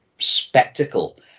spectacle